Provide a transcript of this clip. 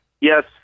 yes